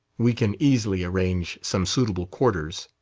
we can easily arrange some suitable quarters.